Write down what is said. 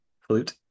flute